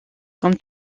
comme